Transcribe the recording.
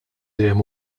dejjem